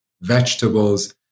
vegetables